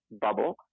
bubble